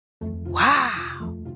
Wow